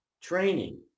training